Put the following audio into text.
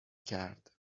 کرد